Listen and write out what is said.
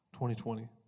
2020